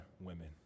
women